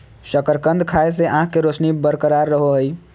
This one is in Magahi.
शकरकंद खाय से आंख के रोशनी बरकरार रहो हइ